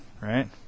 right